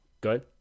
good